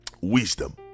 wisdom